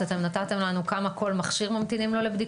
אתם נתתם לנו כמה ממתינים לכל מכשיר לבדיקה,